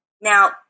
Now –